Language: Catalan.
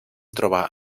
trobar